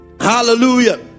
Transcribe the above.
Hallelujah